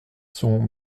sont